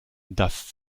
das